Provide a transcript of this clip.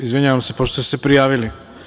Izvinjavam se, pošto ste se prijavili.